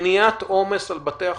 מניעת עומס על בתי החולים,